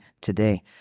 today